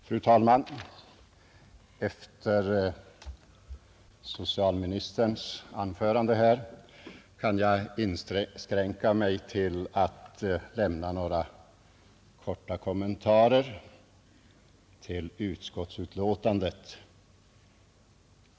Fru talman! Efter socialministerns anförande här kan jag inskränka mig till några korta kommentarer till utskottsbetänkandet.